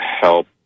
help